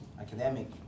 academic